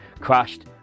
crashed